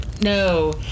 no